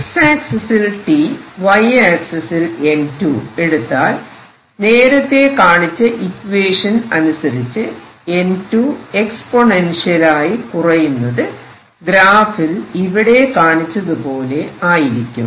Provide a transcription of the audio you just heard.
X ആക്സിസിൽ t Y ആക്സിസിൽ N2 എടുത്താൽ നേരത്തെ കാണിച്ച ഇക്വേഷൻ അനുസരിച്ച് N2 എക്സ്പൊനെൻഷ്യലായി കുറയുന്നത് ഗ്രാഫിൽ ഇവിടെ കാണിച്ചതുപോലെ ആയിരിക്കും